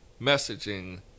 messaging